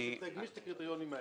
שתגמיש את הקריטריונים האלה,